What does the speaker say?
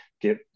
get